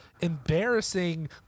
embarrassing